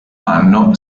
anno